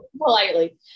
politely